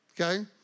Okay